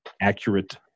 accurate